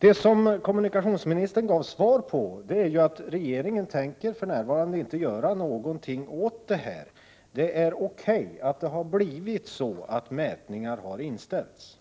Det som kommunikationsministern gav svar på är att regeringen för närvarande inte tänker göra något åt detta, utan att det är O.K. att mätningar har inställts.